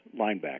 linebacker